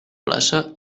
plaça